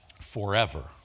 forever